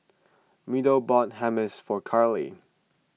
Meadow bought Hummus for Carly